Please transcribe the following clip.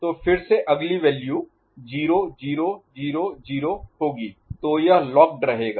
तो फिर से अगली वैल्यू 0 0 0 0 होगी तो यह लॉक्ड रहेगा